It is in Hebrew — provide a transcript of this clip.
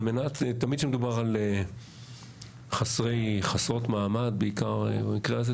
כשמדובר על חסרות מעמד במקרה הזה,